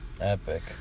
Epic